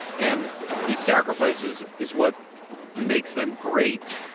and these sacrifices is what makes them great.